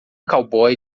cowboy